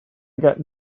got